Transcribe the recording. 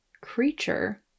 creature